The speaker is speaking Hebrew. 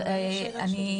נתי,